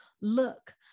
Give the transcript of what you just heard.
Look